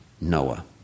Noah